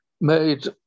made